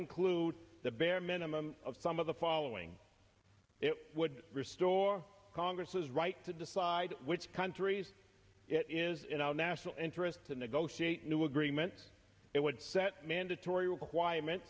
include the bare minimum of some of the following it would restore congress is right to decide which countries it is in our national interest to negotiate a new agreement it would set mandatory requirement